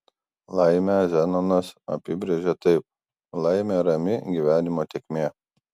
laimę zenonas apibrėžė taip laimė rami gyvenimo tėkmė